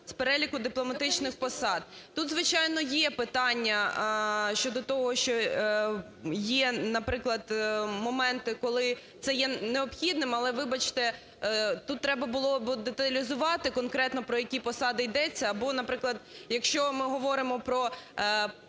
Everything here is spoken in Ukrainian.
з переліку дипломатичних посад. Тут, звичайно, є питання щодо того, що є, наприклад, моменти, коли це є необхідним. Але, вибачте, тут треба було би деталізувати, конкретно про які посади йдеться. Або, наприклад, якщо ми говоримо про